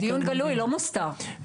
דיון גלוי, לא מוסתר.